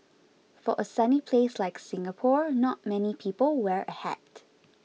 for a sunny place like Singapore not many people wear a hat